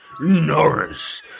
Norris